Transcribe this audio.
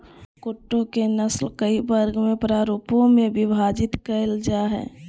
कुक्कुटों के नस्ल कई वर्ग और प्ररूपों में विभाजित कैल जा हइ